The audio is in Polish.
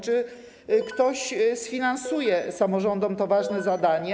Czy ktoś sfinansuje samorządom to ważne zadanie?